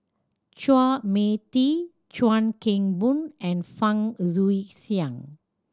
Chua Mia Tee Chuan Keng Boon and Fang Guixiang